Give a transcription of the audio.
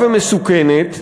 ומסוכנת